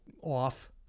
off